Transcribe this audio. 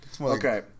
Okay